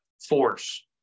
force